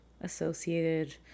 associated